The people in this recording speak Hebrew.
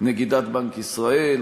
נגידת בנק ישראל,